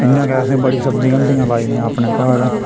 इ'यां गै असें बड़ी सब्ज़ियां होंदियां लाई दियां अपने घर